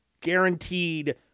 guaranteed